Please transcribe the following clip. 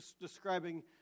describing